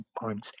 points